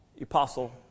Apostle